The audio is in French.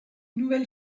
nouvelle